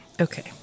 Okay